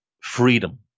freedom